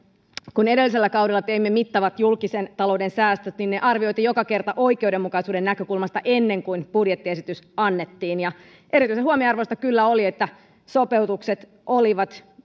kun edellisellä kaudella teimme mittavat julkisen talouden säästöt niin ne arvioitiin joka kerta oikeudenmukaisuuden näkökulmasta ennen kuin budjettiesitys annettiin erityisen huomionarvoista kyllä oli että sopeutukset olivat